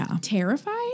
terrified